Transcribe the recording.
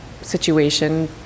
situation